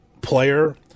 player